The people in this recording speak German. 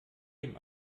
dem